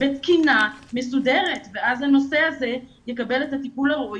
בתקינה מסודרת ואז הנושא הזה יקבל את הטיפול הראוי